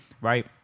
right